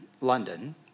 London